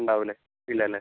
ഉണ്ടാവൂലേ ഇല്ലല്ലേ